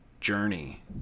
journey